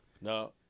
No